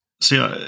See